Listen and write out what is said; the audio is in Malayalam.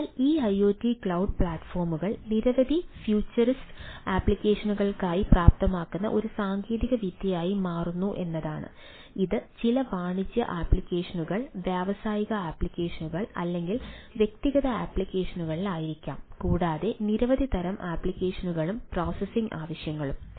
അതിനാൽ ഈ ഐഒടി ക്ലൌഡ് പ്ലാറ്റ്ഫോമുകൾ നിരവധി ഫ്യൂച്ചറിസ്റ്റ് ആപ്ലിക്കേഷനുകൾക്കായി പ്രാപ്തമാക്കുന്ന ഒരു സാങ്കേതികവിദ്യയായി മാറുന്നു എന്നതാണ് ഇത് ചില വാണിജ്യ ആപ്ലിക്കേഷനുകൾ വ്യാവസായിക ആപ്ലിക്കേഷനുകൾ അല്ലെങ്കിൽ വ്യക്തിഗത ആപ്ലിക്കേഷനായിരിക്കാം കൂടാതെ നിരവധി തരം ആപ്ലിക്കേഷനുകളും പ്രോസസ്സിംഗ് ആവശ്യങ്ങളും